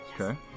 Okay